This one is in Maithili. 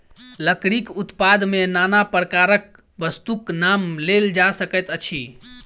लकड़ीक उत्पाद मे नाना प्रकारक वस्तुक नाम लेल जा सकैत अछि